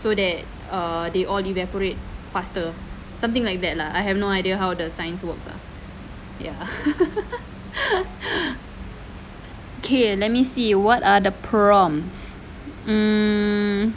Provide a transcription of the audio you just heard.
so that err they all evaporate faster something like that lah I have no idea how the science works ah ya okay let me see what are the prompts um